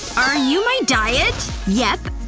are you my diet? yep,